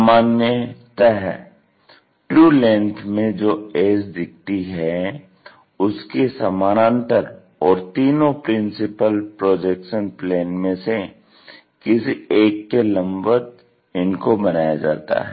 सामान्यतः true length में जो एज दिखती है उसके समानांतर और तीनो प्रिंसिपल प्रोजेक्शन प्लेन्स में से किसी एक के लम्बवत इनको बनाया जाता है